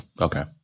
Okay